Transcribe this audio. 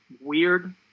weird